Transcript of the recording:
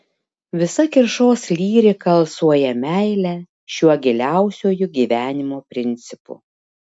visa kiršos lyrika alsuoja meile šiuo giliausiuoju gyvenimo principu